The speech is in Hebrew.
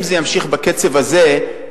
אם זה יימשך בקצב הזה,